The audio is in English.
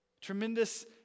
tremendous